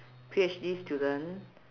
P_H_D student